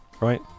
right